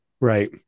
Right